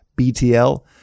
BTL